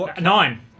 Nine